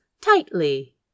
tightly